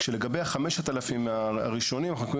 כשלגבי ה-5,000 הראשונים אנחנו מתכוונים